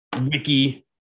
Wiki